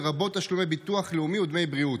לרבות תשלומי ביטוח לאומי ודמי בריאות,